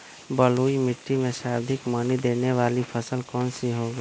बलुई मिट्टी में सर्वाधिक मनी देने वाली फसल कौन सी होंगी?